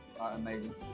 amazing